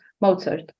Mozart